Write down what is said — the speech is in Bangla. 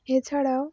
এছাড়াও